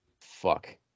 Fuck